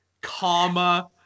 comma